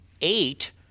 Eight